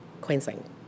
Queensland